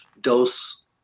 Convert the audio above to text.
dose